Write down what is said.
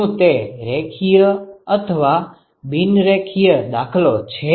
શું તે રેખીય અથવા બિન રેખીય દાખલો છે